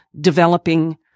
developing